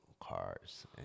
cars